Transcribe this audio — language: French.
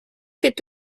est